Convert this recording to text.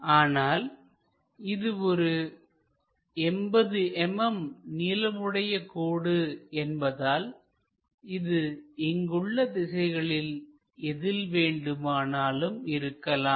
ஆனால் இது ஒரு 80 mm நீளமுடைய கோடு என்பதால் இது இங்குள்ள திசைகளில் எதில் வேண்டுமானாலும் இருக்கலாம்